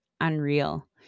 unreal